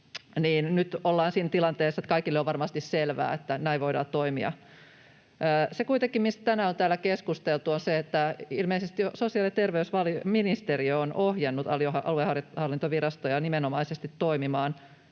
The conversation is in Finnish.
nyt ollaan siinä tilanteessa, että kaikille on varmasti selvää, että näin voidaan toimia. Se kuitenkin, mistä tänään on täällä keskusteltu, on se, että ilmeisesti sosiaali- ja terveysministeriö on ohjannut aluehallintovirastoja nimenomaisesti toimimaan